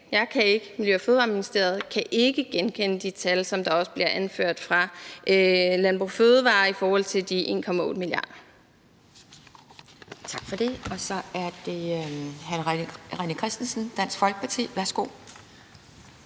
jeg kan ikke, Miljø- og Fødevareministeriet kan ikke genkende de tal, der også bliver anført fra Landbrug & Fødevarer, altså de 1,8 mia. kr.